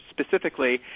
specifically